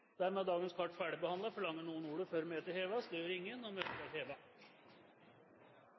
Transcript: Dermed er dagens kart ferdigbehandlet. Forlanger noen ordet før møtet heves? – Møtet er